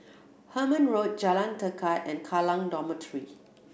Hemmant Road Jalan Tekad and Kallang Dormitory